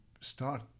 start